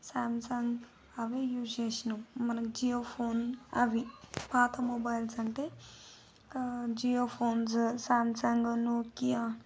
Samsung అవి use చేసినాం మనం జియో ఫోన్ అవి పాత మొబైల్స్ అంటే జియో ఫోన్స్ సాంసంగ్ నోకియా